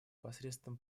посредством